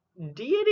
deity